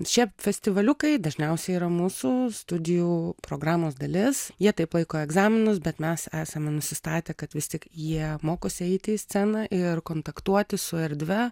čia festivaliukai dažniausiai yra mūsų studijų programos dalis jie taip laiko egzaminus bet mes esame nusistatę kad vis tik jie mokosi eiti į sceną ir kontaktuoti su erdve